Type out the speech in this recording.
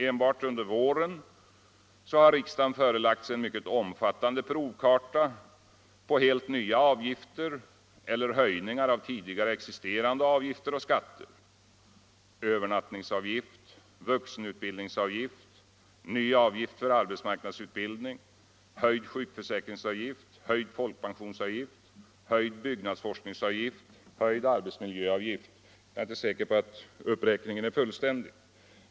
Enbart under våren har riksdagen förelagts en mycket omfattande provkarta på helt nya avgifter eller höjningar av tidigare existerande avgifter och skatter: övernattningsavgift, vuxenutbildningsavgift, ny avgift för arbetsmarknadsutbildning, höjd sjukförsäkringsavgift, höjd folkpensionsavgift, höjd byggnadsforskningsavgift, höjd arbetsmiljöavgift. Jag är inte säker på att uppräkningen är fullständig.